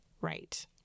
right